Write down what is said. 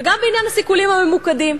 וגם בעניין הסיכולים הממוקדים,